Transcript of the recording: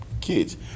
kids